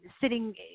sitting